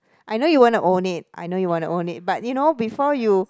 I know you wanna own it I know you wanna own it but you know before you